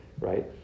right